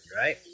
right